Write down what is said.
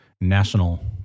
national